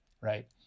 right